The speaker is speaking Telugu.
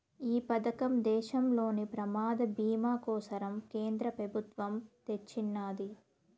ఈ పదకం దేశంలోని ప్రమాద బీమా కోసరం కేంద్ర పెబుత్వమ్ తెచ్చిన్నాది